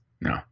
no